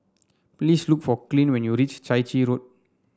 please look for Clint when you reach Chai Chee Road